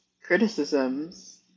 criticisms